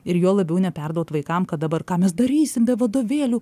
ir juo labiau neperduot vaikam kad dabar ką mes darysim be vadovėlių